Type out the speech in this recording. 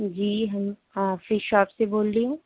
جی ہم ہاں fish shop سے بول رہی ہوں